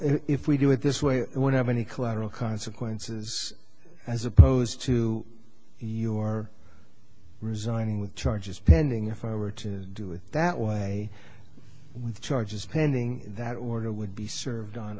if we do it this way when i'm any collateral consequences as opposed to your resigning with charges pending if i were to do it that way with charges pending that order would be served on